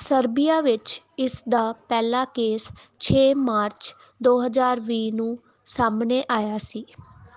Serbia ਵਿੱਚ ਇਸ ਦਾ ਪਹਿਲਾ ਕੇਸ ਛੇ ਮਾਰਚ ਦੋ ਹਜ਼ਾਰ ਵੀਹ ਨੂੰ ਸਾਹਮਣੇ ਆਇਆ ਸੀ